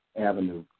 avenue